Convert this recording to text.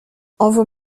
envoie